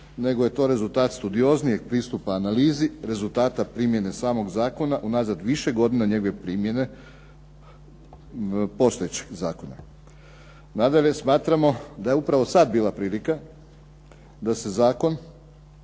nego je to rezultat studioznijeg pristupa analizi, rezultata primjene samog zakona unazad više godina njegove primjene postojećeg zakona. Nadalje smatramo da je upravo sad bila prilika da se zakon,